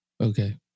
Okay